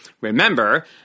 Remember